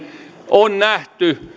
on nähty